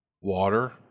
water